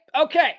Okay